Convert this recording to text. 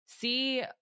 see